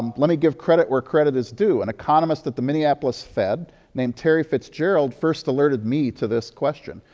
um let me give credit where credit is due. an economist at the minneapolis fed named terry fitzgerald first alerted me to this question.